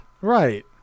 Right